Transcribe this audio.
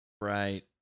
Right